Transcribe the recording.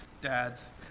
dad's